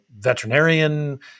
veterinarian